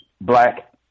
black